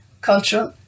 cultural